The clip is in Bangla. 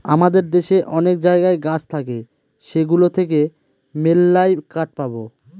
আমাদের দেশে অনেক জায়গায় গাছ থাকে সেগুলো থেকে মেললাই কাঠ পাবো